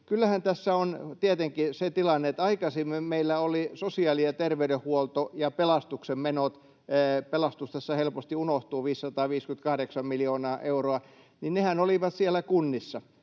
kyllähän tässä on tietenkin se tilanne, että aikaisemmin meillä olivat sosiaali- ja terveydenhuollon ja pelastuksen menot — pelastus tässä helposti unohtuu, 558 miljoonaa euroa — siellä kunnissa.